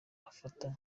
afata